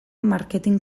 marketin